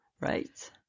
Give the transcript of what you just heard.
Right